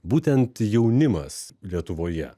būtent jaunimas lietuvoje